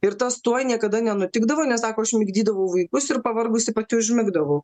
ir tas tuoj niekada nenutikdavo nes sako aš migdydavau vaikus ir pavargusi pati užmigdavau